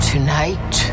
Tonight